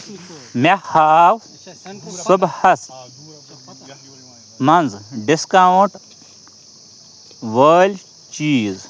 مےٚ ہاو صُبحَس مَنٛز ڈِسکاوُنٛٹ وٲلۍ چیٖز